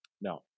No